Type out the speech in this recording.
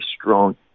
strong